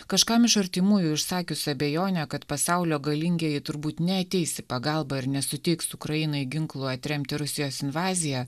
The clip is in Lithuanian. kažkam iš artimųjų išsakius abejonę kad pasaulio galingieji turbūt neateis į pagalbą ir nesuteiks ukrainai ginklų atremti rusijos invaziją